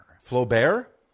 Flaubert